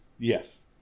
Yes